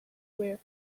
were